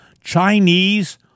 Chinese